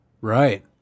right